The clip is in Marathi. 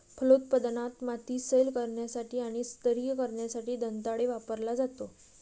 फलोत्पादनात, माती सैल करण्यासाठी आणि स्तरीय करण्यासाठी दंताळे वापरला जातो